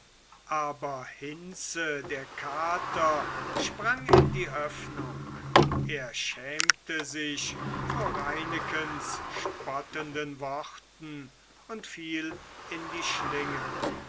aber hinze der kater sprang in die öffnung er schämte sich vor reinekens spottenden worten und fiel in die schlinge